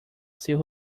seu